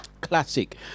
Classic